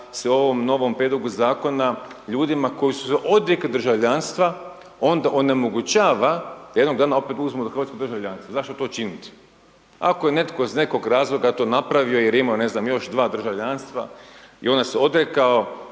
se u ovom novom prijedlogu zakona ljudima koji su se odrekli državljanstva onemogućava da jednog dana opet uzmu hrvatsko državljanstvo. Zašto to činiti? Ako je netko iz nekog razloga to napravio jer je imao ne znam još dva državljanstva i onda se odrekao